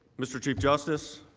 mr. chief justice.